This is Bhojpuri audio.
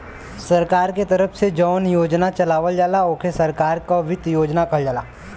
सरकार के तरफ से जौन योजना चलावल जाला ओके सरकार क वित्त योजना कहल जाला